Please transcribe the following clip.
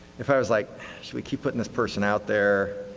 if i was like, should we keep putting this person out there?